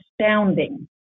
astounding